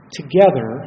together